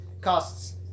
costs